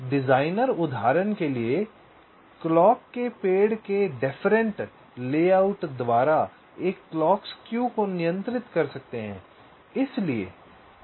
designer उदाहरण के लिए क्लॉक के पेड़ के डिफ़ेरेन्ट लेआउट द्वारा एक क्लॉक स्क्यू को नियंत्रित कर सकते हैं